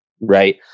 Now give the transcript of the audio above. Right